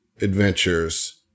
adventures